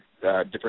different